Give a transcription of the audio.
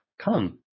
come